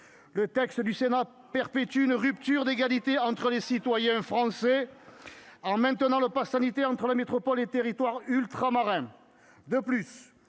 Le texte du Sénat perpétue une rupture d'égalité entre les citoyens français, en maintenant le passe sanitaire entre la métropole et les territoires ultramarins. De plus,